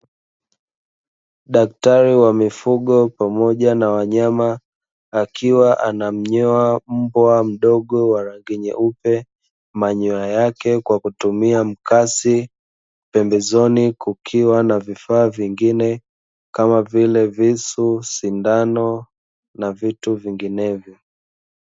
Daktari wa mifugo pamoja na wanyama akiwa anamnyoa mbwa mdogo wa rangi nyeupe manyoya yake kwa kutumia mkasi, pembezoni kukiwa na vifaa vingine kama vile visu, sindano na vitu vinginevyo.